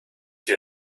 you